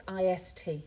IST